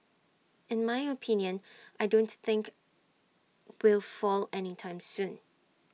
in my opinion I don't think will fall any time soon